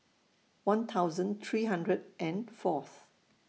one thousand three hundred and Fourth